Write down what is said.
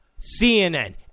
CNN